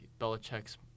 Belichick's